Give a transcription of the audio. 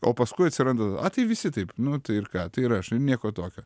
o paskui atsiranda a tai visi taip nu tai ir ką tai ir aš ir nieko tokio